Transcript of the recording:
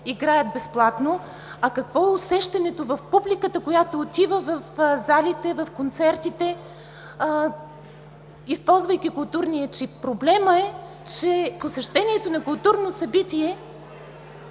играят безплатно, а какво е усещането в публиката, която отива в залите, в концертите, използвайки „културния чек“. Проблемът е, че посещението на културно събитие